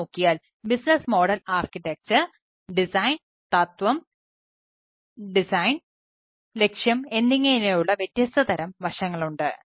ഇവ നോക്കിയാൽ business model architecture ലക്ഷ്യം എന്നിങ്ങനെയുള്ള വ്യത്യസ്ത തരം വശങ്ങളുണ്ട്